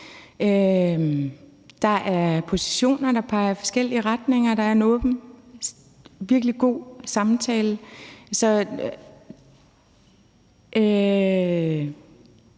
der er positioner, der peger i forskellige retninger, og der er en åben og virkelig god samtale.